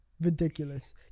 Ridiculous